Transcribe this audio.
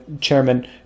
chairman